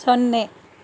ಸೊನ್ನೆ